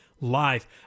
live